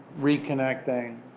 reconnecting